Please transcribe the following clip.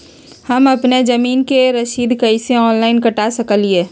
हम अपना जमीन के रसीद कईसे ऑनलाइन कटा सकिले?